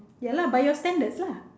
ya lah by your standards lah